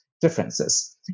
Differences